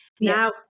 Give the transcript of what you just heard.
Now